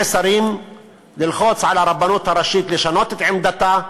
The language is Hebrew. שרים ללחוץ על הרבנות הראשית לשנות את עמדתה,